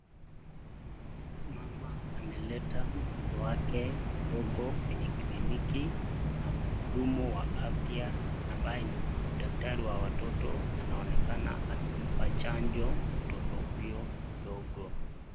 Mama ameleta mtoto wake mdogo kwenye kliniki na mhudumu wa afya, ambaye ni daktari wa watoto anaonekana akimpa chanjo mtoto huyo mdogo.